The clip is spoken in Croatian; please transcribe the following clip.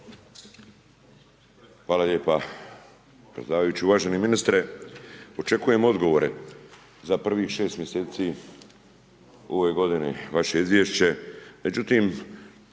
Hvala lijepa predsjedavajući, uvaženi ministre očekujem odgovore za prvih 6 mjeseci u ovoj godini vaše izvješće,